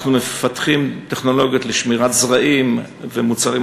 אנחנו מפתחים טכנולוגיות לשמירת זרעים ומוצרים